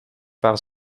paar